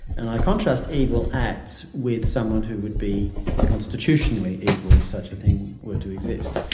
and i contrast evil acts with someone who would be constitutionally evil, if such a thing were to exist.